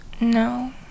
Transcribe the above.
No